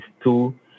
two